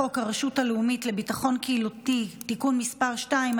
חוק הרשות הלאומית לביטחון קהילתי (תיקון מס' 2),